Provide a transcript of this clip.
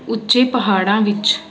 ਉੱਚੇ ਪਹਾੜਾਂ ਵਿੱਚ